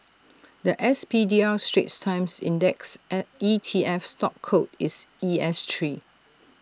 The S P D R straits times index A E T F stock code is E S Three